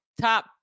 Top